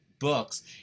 books